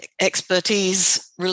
expertise